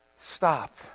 stop